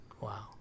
Wow